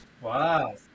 Wow